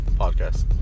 podcast